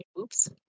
Oops